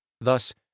Thus